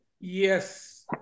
Yes